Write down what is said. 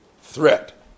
threat